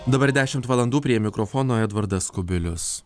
dabar dešimt valandų prie mikrofono edvardas kubilius